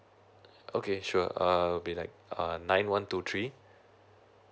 okay sure uh will be like err nine one two three